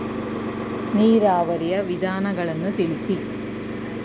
ನೀರಾವರಿಯ ವಿಧಾನಗಳನ್ನು ತಿಳಿಸಿ?